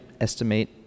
estimate